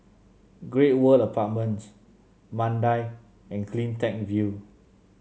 Great World Apartments Mandai and CleanTech View